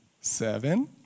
Seven